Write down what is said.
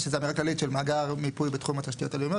יש איזה אמירה כללית של מאגר מיפוי בתחום התשתיות הלאומיות.